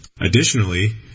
Additionally